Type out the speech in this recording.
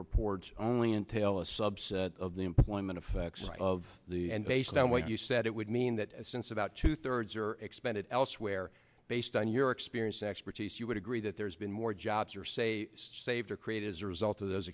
reports only entail a subset of the employment of of the end based on what you said it would mean that since about two thirds are expended elsewhere based on your experience expertise you would agree that there's been more jobs or say saved or created as a result of those